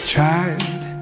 Tried